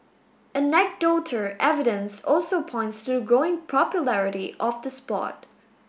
anecdotal evidence also points to growing popularity of the sport